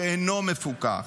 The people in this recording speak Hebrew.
שאינו מפוקח,